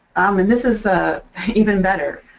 and this is a even better.